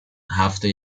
هفته